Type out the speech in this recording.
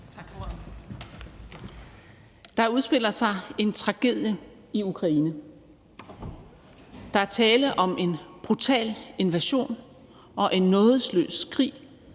Der udspiller sig en tragedie i Ukraine. Der er tale om en brutal invasion og en nådesløs krig,